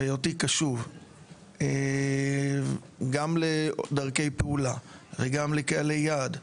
היותי קשוב גם לדרכי פעולה וגם לקהלי יעד,